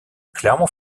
clermont